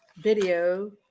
video